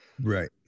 Right